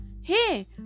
Hey